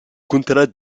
contrats